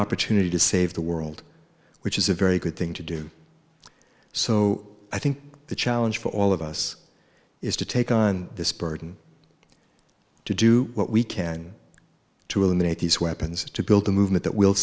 opportunity to save the world which is a very good thing to do so i think the challenge for all of us is to take on this burden to do what we can to eliminate these weapons to build a movement